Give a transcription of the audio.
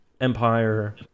Empire